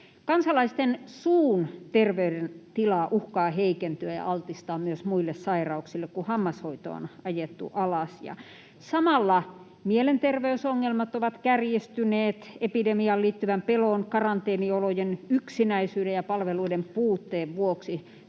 Kansalaisten suun terveydentila uhkaa heikentyä ja altistaa myös muille sairauksille, kun hammashoito on ajettu alas. Samalla mielenterveysongelmat ovat kärjistyneet epidemiaan liittyvän pelon, karanteeniolojen, yksinäisyyden ja palveluiden puutteen vuoksi.